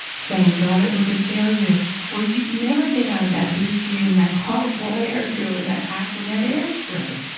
thank god it was a failure or you'd never get out of that boosty and that horrible hairdo and that aqua net hair spray.